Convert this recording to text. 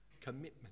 commitment